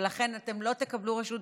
ולכן אתם לא תקבלו רשות דיבור,